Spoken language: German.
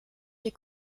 die